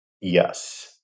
Yes